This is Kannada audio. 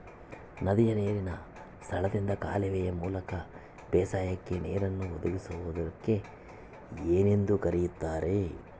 ನದಿಯ ನೇರಿನ ಸ್ಥಳದಿಂದ ಕಾಲುವೆಯ ಮೂಲಕ ಬೇಸಾಯಕ್ಕೆ ನೇರನ್ನು ಒದಗಿಸುವುದಕ್ಕೆ ಏನೆಂದು ಕರೆಯುತ್ತಾರೆ?